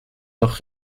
doch